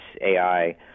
AI